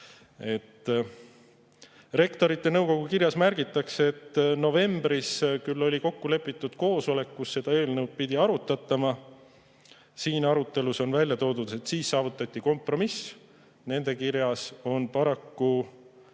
Rektorite Nõukogu kirjas märgitakse, et novembris küll oli kokku lepitud koosolek, kus seda eelnõu pidi arutatama. Siin arutelus on välja toodud, et siis saavutati kompromiss. Nende kirjas on paraku